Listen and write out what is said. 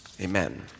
amen